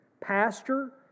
Pastor